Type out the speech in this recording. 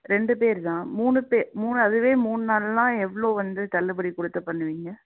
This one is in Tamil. ரெண்டு பேர் தான் மூணு பே மூணு அதுவே மூணு நாள்லாம் எவ்வளோ வந்து தள்ளுபடி கொடுத்து பண்ணுவீங்கள்